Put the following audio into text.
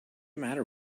matter